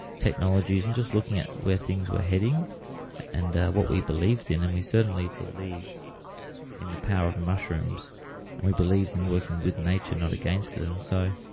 technologies and just looking at where things were heading and what we believed in. and we certainly believed in the power of mushrooms and we believed in working with nature not against it. and so,